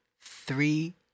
three